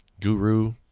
guru